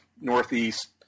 Northeast